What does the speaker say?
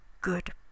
Good